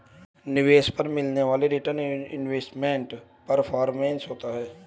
निवेश पर मिलने वाला रीटर्न इन्वेस्टमेंट परफॉरमेंस होता है